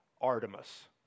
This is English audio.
Artemis